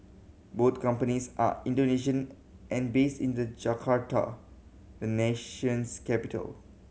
both companies are Indonesian and based in the Jakarta the nation's capital